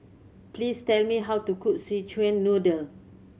please tell me how to cook Szechuan Noodle